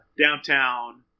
downtown